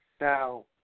Now